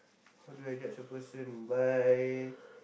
how do I judge a person by